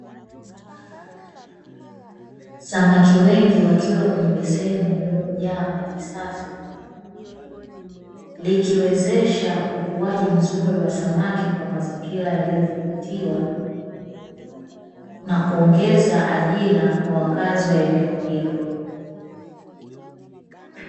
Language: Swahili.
Samaki wengi wakiwa kwenye beseni lililojaa maji safi, likiwezesha ukuaji mzuri wa samaki kwa mazingira yaliyodhibitiwa, na kuongeza ajira kwa wakazi wa eneo hilo.